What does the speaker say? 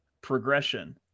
Progression